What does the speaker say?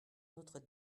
notre